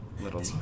little